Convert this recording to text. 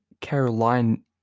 Caroline